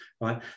right